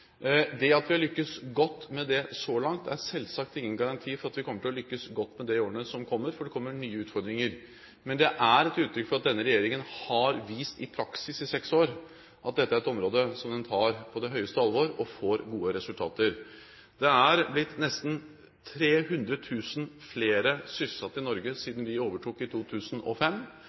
Det at vi har lyktes godt med det så langt, er selvsagt ingen garanti for at vi kommer til å lykkes godt med det i årene som kommer, for det kommer nye utfordringer. Men det er et uttrykk for at denne regjeringen har vist i praksis i seks år at dette er et område som den tar på høyeste alvor og får gode resultater. Det er blitt nesten 300 000 flere sysselsatte i Norge siden vi overtok i 2005.